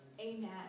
Amen